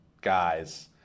guys